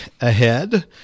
ahead